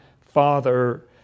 father